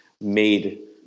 made